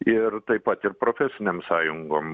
ir taip pat ir profesinėm sąjungom